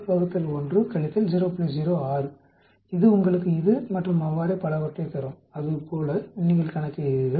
06 இது உங்களுக்கு இது மற்றும் அவ்வாறே பலவற்றைத் தரும் அது போல நீங்கள் கணக்கிடுகிறீர்கள்